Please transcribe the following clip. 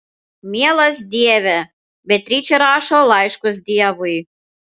mielas dieve beatričė rašo laiškus dievui